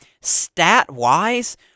stat-wise